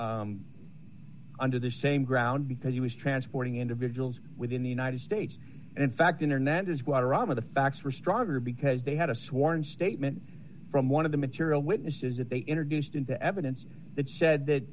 with under the same ground because he was transporting individuals within the united states and in fact internet is water on the facts for stronger because they had a sworn statement from one of the material witnesses that they introduced into evidence that said that